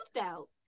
out